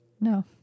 No